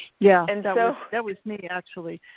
yeah, and that was me actually.